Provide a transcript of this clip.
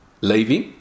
Levi